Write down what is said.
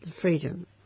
freedom